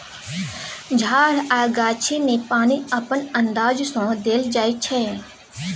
झार आ गाछी मे पानि अपन अंदाज सँ देल जाइ छै